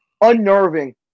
unnerving